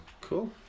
cool